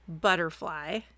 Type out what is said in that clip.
butterfly